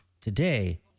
Today